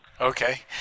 okay